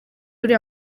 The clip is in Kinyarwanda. uriya